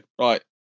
Right